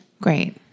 Great